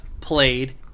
played